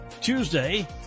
Tuesday